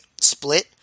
split